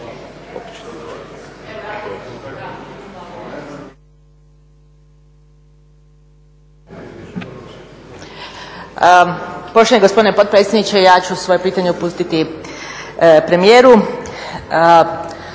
Poštovani gospodine potpredsjedniče, ja ću svoj pitanje uputiti premijeru.